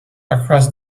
across